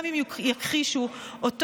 גם אם יכחישו אותו,